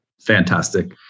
fantastic